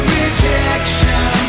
rejection